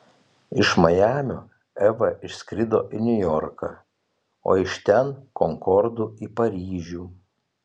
iš majamio eva išskrido į niujorką o iš ten konkordu į paryžių